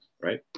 right